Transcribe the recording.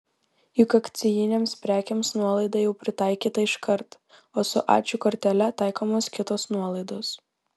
juk akcijinėms prekėms nuolaida jau pritaikyta iškart o su ačiū kortele taikomos kitos nuolaidos